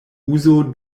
uzo